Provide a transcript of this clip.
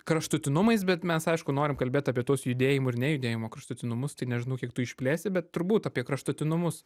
kraštutinumais bet mes aišku norim kalbėt apie tuos judėjimo ir nejudėjimo kraštutinumus tai nežinau kiek tu išplėsi bet turbūt apie kraštutinumus